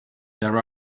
there